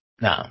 No